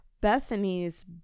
Bethany's